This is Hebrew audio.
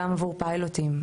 גם עבור פיילוטים.